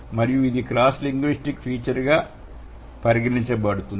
మరియు ఇది cross linguistic feature గా పరిగణించబడుతుంది